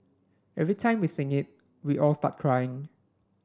every time we sing it we all start crying